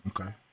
Okay